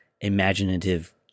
imaginative